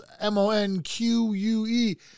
M-O-N-Q-U-E